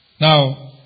Now